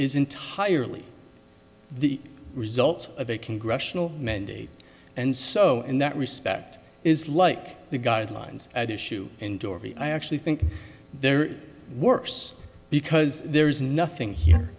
is entirely the result of a congressional mandate and so in that respect is like the guidelines at issue and i actually think they're worse because there is nothing here